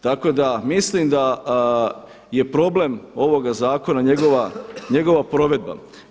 Tako da misli da je problem ovoga zakona njegova provedba.